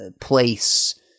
place